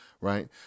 right